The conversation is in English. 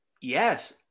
yes